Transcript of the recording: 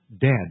dead